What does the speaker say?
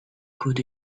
could